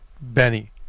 Benny